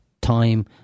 time